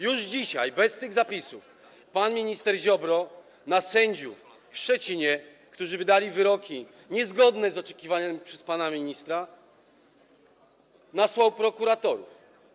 Już dzisiaj, bez tych zapisów, pan minister Ziobro na sędziów w Szczecinie, którzy wydali wyroki niezgodne z oczekiwanymi przez pana ministra, nasłał prokuratorów.